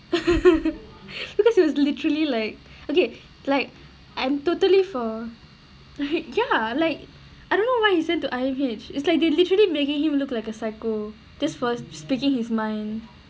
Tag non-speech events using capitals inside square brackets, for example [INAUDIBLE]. [LAUGHS] because he was literally like okay like I'm totally for like ya like I don't know why he's sent to I_M_H is like they literally making him look like a psycho just for speaking his mind